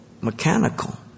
mechanical